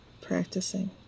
practicing